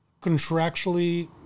contractually